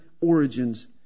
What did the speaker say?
origins